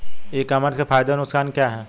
ई commerce के फायदे और नुकसान क्या हैं?